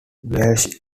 welsh